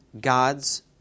God's